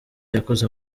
yakoze